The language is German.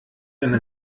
eine